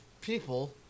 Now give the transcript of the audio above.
people